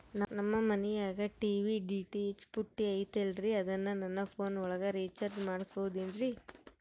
ನಮ್ಮ ಮನಿಯಾಗಿನ TV DTH ಪುಟ್ಟಿ ಐತಲ್ರೇ ಅದನ್ನ ನನ್ನ ಪೋನ್ ಒಳಗ ರೇಚಾರ್ಜ ಮಾಡಸಿಬಹುದೇನ್ರಿ?